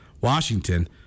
Washington